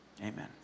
amen